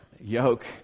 yoke